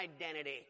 identity